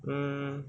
um